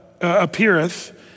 appeareth